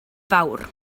fawr